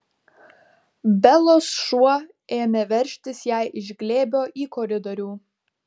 belos šuo ėmė veržtis jai iš glėbio į koridorių